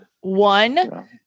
one